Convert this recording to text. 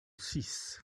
six